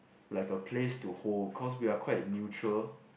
like a place to hold cause we are quite neutral